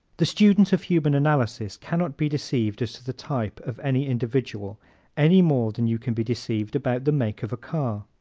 the student of human analysis cannot be deceived as to the type of any individual any more than you can be deceived about the make of a car.